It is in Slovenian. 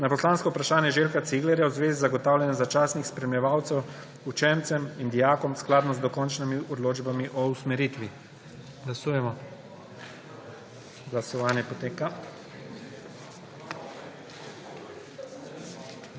na poslansko vprašanje Željka Ciglerja v zvezi z zagotavljanjem začasnih spremljevalcev učencem in dijakom skladno z dokončnimi odločbami o usmeritvi. Glasujemo. Navzočih je